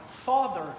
Father